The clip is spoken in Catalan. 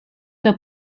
que